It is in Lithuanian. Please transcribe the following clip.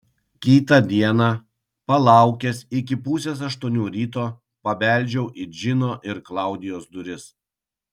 kitą dieną palaukęs iki pusės aštuonių ryto pabeldžiau į džino ir klaudijos duris